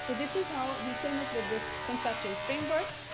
so this is how we came up with this conceptual framework,